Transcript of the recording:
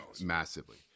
Massively